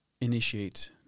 initiate